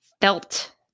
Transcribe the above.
felt